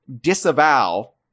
disavow